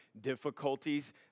difficulties